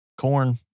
corn